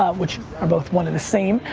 ah which are both one in the same,